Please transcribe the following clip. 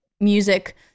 music